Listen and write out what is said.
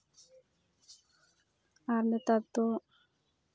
ᱟᱨ ᱱᱮᱛᱟᱨ ᱫᱚ